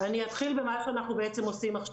אני אתחיל במה שאנחנו עושים עכשיו.